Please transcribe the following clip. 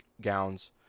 gowns